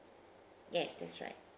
yes that's right